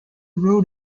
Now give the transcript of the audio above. road